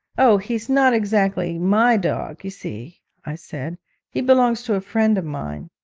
oh, he's not exactly my dog, you see i said he belongs to a friend of mine